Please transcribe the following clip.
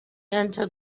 into